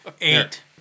eight